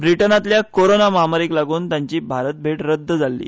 ब्रिटनांतल्या कोरोना महामारीक लागून तांची भारत भेट रद्द जाल्ली